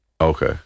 Okay